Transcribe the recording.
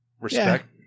respect